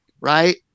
right